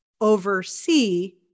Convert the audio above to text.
oversee